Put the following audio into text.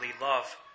love